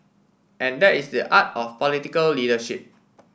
and that is the art of political leadership